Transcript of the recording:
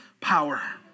power